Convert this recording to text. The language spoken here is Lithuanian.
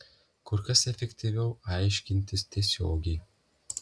kur kas efektyviau aiškintis tiesiogiai